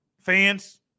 Fans